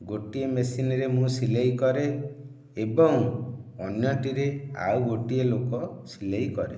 ଗୋଟିଏ ମେସିନିରେ ମୁଁ ସିଲେଇ କରେ ଏବଂ ଅନ୍ୟଟିରେ ଆଉ ଗୋଟିଏ ଲୋକ ସିଲେଇ କରେ